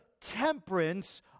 temperance